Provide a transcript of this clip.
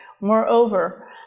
Moreover